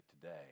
today